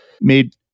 made